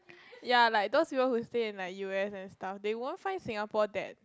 ya like those people whose stay in like U_S and stuff they won't find Singapore that